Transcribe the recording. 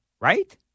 right